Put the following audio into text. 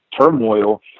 turmoil